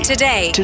Today